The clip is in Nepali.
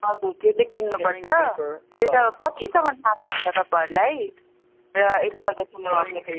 हजुर त्यो चाहिँ किन्नुपर्छ त्यो चाहिँ अब पछिसम्म काम लाग्छ तपाईँहरूलाई र एकपल्ट किन्नुभयो भने